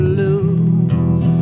lose